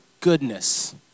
goodness